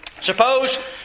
Suppose